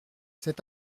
cet